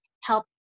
help